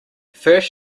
first